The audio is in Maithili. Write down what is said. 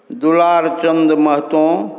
दुलारचन्द महतो